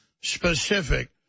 specific